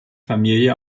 familie